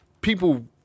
People